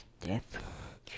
death